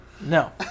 No